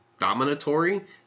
dominatory